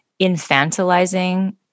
infantilizing